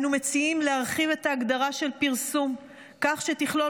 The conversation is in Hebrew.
אנו מציעים להרחיב את ההגדרה של פרסום כך שתכלול